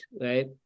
right